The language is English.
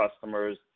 customers